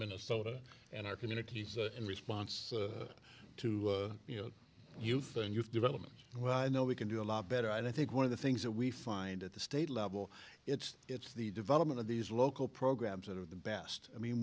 minnesota and our communities in response to you know you find youth development well i know we can do a lot better and i think one of the things that we find at the state level it's it's the development of these local programs that are the best i mean